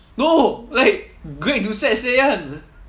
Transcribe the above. no like greg doucette say [one]